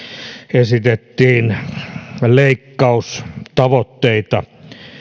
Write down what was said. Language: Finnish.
esitettiin leikkaustavoitteita